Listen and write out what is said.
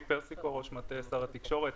אני ראש מטה שר התקשורת.